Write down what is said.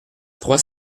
trois